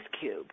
cube